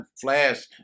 flash